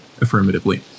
affirmatively